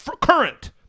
current